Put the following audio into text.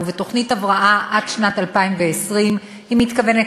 ובתוכנית הבראה עד שנת 2020 היא מתכוונת